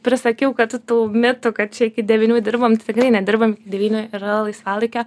prisakiau kad tų mitų kad čia iki devynių dirbam tai tikrai nedirbam iki devynių yra laisvalaikio